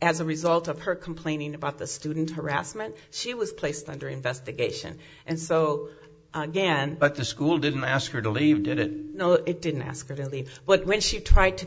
as a result of her complaining about the student harassment she was placed under investigation and so again but the school didn't ask her to leave didn't know it didn't ask her to leave but when she tried to